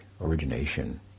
origination